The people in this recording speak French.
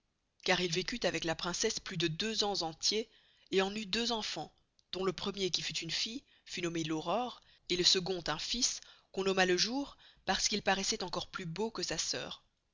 car il vêcut avec la princesse plus de deux ans entiers et en eut deux enfans dont le premier qui fut une fille fut nommée l'aurore et le second un fils qu'on nomma le jour parce qu'il paroissoit encore plus beau que sa sœur